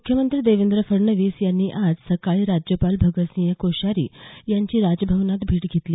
मुख्यमंत्री देवेंद्र फडणवीस यांनी आज सकाळी राज्यपाल भगतसिंह कोश्यारी यांची राजभवनामध्ये भेट घेतली